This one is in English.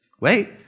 Wait